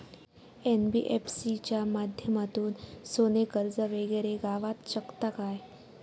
NBFC च्या माध्यमातून सोने कर्ज वगैरे गावात शकता काय?